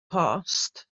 post